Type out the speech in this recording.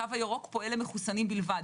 התו הירוק פועל למחוסנים בלבד.